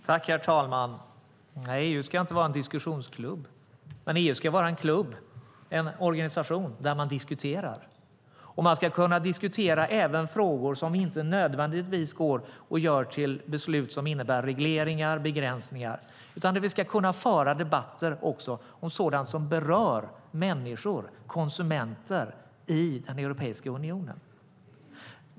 Herr talman! Nej, EU ska inte vara en diskussionsklubb. Men EU ska vara en klubb, en organisation, där man diskuterar. Man ska kunna diskutera även frågor som inte nödvändigtvis leder till beslut som innebär regleringar och begränsningar. Vi ska kunna föra debatter också om sådant som berör människor och konsumenter i Europeiska unionen.